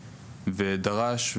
ודרש,